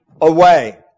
away